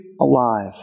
alive